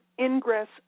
ingress